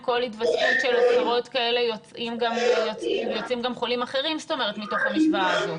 עם כל התווספות של עשרות כאלה יוצאים גם חולים אחרים מתוך המשוואה הזאת.